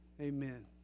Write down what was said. Amen